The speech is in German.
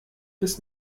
bis